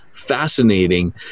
fascinating